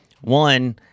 One